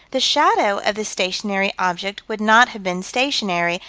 the shadow of the stationary object would not have been stationary,